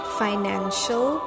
financial